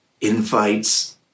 invites